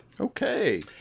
Okay